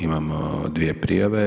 Imamo dvije prijave.